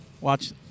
Watch